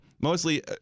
mostly